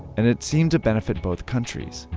and it seemed to benefit both countries.